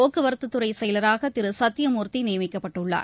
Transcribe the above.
போக்குவரத்தத்துறைசெயலராகதிருசத்தியமூர்த்திநியமிக்கப்பட்டுள்ளார்